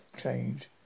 change